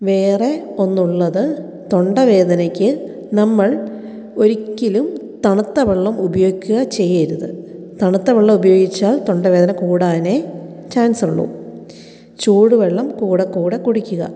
വേറെ ഒന്നുള്ളത് തൊണ്ട വേദനയ്ക്ക് നമ്മൾ ഒരിക്കലും തണുത്ത വെള്ളം ഉപയോഗിക്കുക ചെയ്യരുത് തണുത്ത വെള്ളം ഉപയോഗിച്ചാൽ തൊണ്ടവേദന കൂടാനെ ചാൻസ് ഉള്ളൂ ചൂടുവെള്ളം കൂടെ കൂടെ കുടിക്കുക